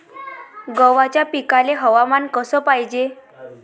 गव्हाच्या पिकाले हवामान कस पायजे?